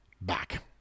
back